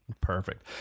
Perfect